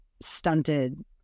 stunted